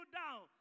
down